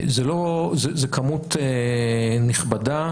זה כמות נכבדה,